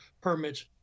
permits